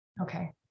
Okay